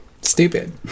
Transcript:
Stupid